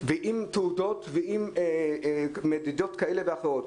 עם תעודות ועם מדידות כאלה ואחרות.